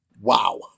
Wow